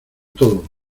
todo